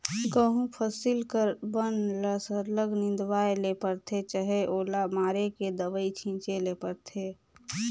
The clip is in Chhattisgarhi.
गहूँ फसिल कर बन ल सरलग निंदवाए ले परथे चहे ओला मारे कर दवई छींचे ले परथे